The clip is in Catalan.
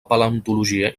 paleontologia